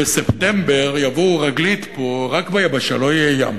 שבספטמבר יבואו רגלית פה רק ביבשה, לא יהיה ים,